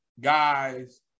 guys